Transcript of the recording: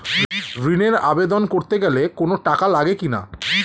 ঋণের আবেদন করতে গেলে কোন টাকা লাগে কিনা?